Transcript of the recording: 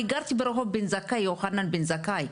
אני גרתי ברחוב יוחנן בן זכאי,